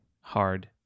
Hard